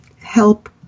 help